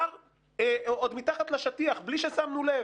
עוד מתחת לשטיח, בלי ששמנו לב,